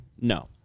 No